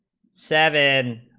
seven,